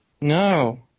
no